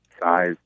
size